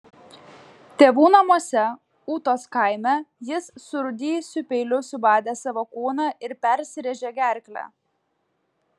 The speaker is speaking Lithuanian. tėvų namuose ūtos kaime jis surūdijusiu peiliu subadė savo kūną ir persirėžė gerklę